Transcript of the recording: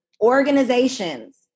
organizations